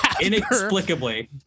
Inexplicably